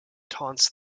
taunts